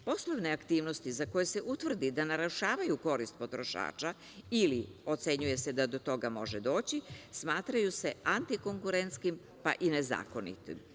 Poslovne aktivnosti za koje se utvrdi da narušavaju korist potrošača ili ocenjuje se da do toga može doći, smatraju se antikonkurentskim, pa i nezakonitim.